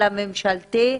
ממשלתי?